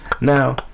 now